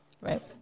right